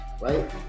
right